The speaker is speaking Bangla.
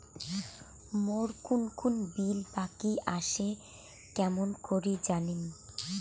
মোর কুন কুন বিল বাকি আসে কেমন করি জানিম?